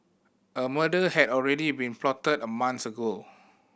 a murder had already been plotted a month ago